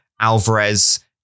Alvarez